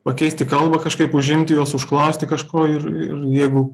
pakeisti kalbą kažkaip užimti juos užklausti kažko ir jeigu